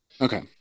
Okay